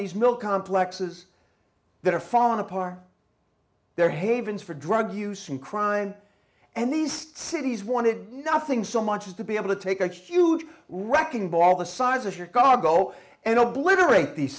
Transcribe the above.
these mill complexes that are falling apart they're havens for drug use and crime and these cities wanted nothing so much as to be able to take a huge wrecking ball the size of chicago and obliterate these